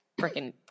freaking